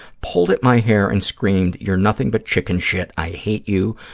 pulled at my hair, and screamed, you're nothing but chicken shit, i hate you,